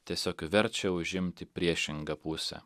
tiesiog verčia užimti priešingą pusę